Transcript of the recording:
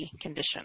condition